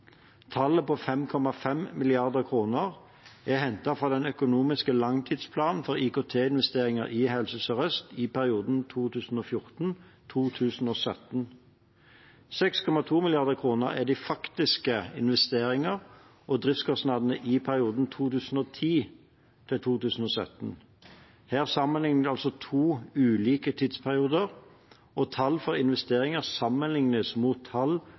Tallet på 5,5 mrd. kr er hentet fra den økonomiske langtidsplanen for IKT-investeringer i Helse Sør-Øst i perioden 2014–2017. 6,2 mrd. kr er de faktiske investeringer og driftskostnader i perioden 2010–2017. Her sammenliknes altså to ulike tidsperioder, og tall for investeringer sammenliknes mot tall